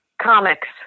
comics